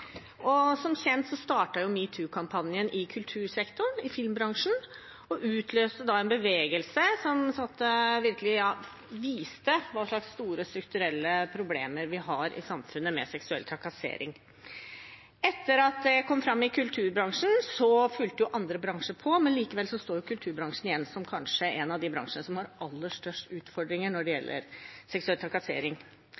dag. Som kjent startet metoo-kampanjen i kultursektoren, i filmbransjen, og utløste en bevegelse som virkelig viste hvilke store strukturelle problemer vi har i samfunnet med seksuell trakassering. Etter at dette kom fram i kulturbransjen, fulgte andre bransjer etter, likevel står kulturbransjen igjen som kanskje en av de bransjene som har aller størst utfordringer når det